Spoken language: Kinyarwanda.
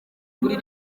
kuri